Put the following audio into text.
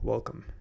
Welcome